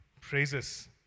praises